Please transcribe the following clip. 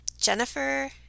Jennifer